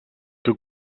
que